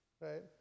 Right